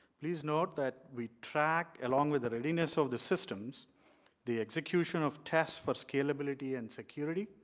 please note that we track along with readiness of the systems the execution of test for scaleability and security,